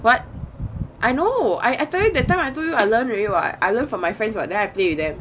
what I know I tell you that time I told you I learnt already [what] I learn from my friends [what] then I play with them